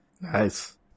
Nice